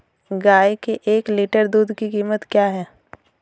गाय के एक लीटर दूध की कीमत क्या है?